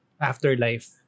afterlife